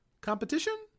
competition